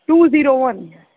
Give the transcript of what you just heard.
two zero one